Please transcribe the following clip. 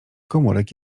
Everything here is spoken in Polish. komórek